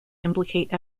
implicate